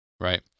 Right